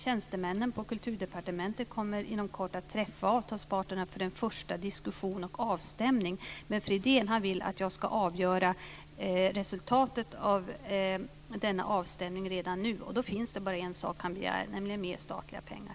Tjänstemännen på Kulturdepartementet kommer inom kort att träffa avtalsparterna för en första diskussion och avstämning, men Fridén vill att jag ska avgöra resultatet av denna avstämning redan nu. Då finns det bara en sak han begär, nämligen mer statliga pengar.